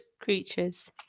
creatures